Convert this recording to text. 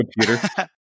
computer